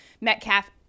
Metcalf